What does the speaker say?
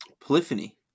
polyphony